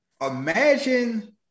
Imagine